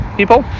people